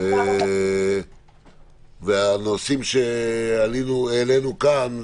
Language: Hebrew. והנושאים שהעלינו כאן,